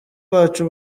bacu